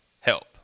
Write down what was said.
help